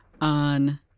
on